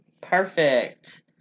Perfect